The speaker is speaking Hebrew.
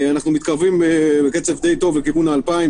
אנחנו מתקרבים בקצב די טוב לכיוון ה-2,000,